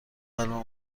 قلبم